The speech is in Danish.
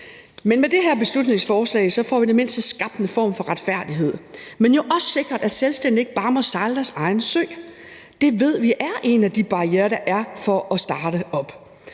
Men med det her beslutningsforslag får vi i det mindste skabt en form for retfærdighed, men jo også sikret, at selvstændige ikke bare må sejle deres egen sø, for det ved vi er en af de barrierer, der er for at starte op.